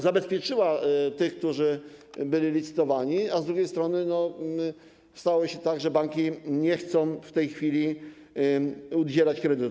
Zabezpieczyła tych, którzy byli licytowani, a z drugiej strony stało się tak, że banki nie chcą w tej chwili udzielać kredytów.